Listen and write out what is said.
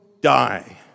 die